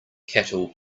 cattle